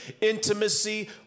intimacy